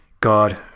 God